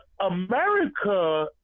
America